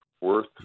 worth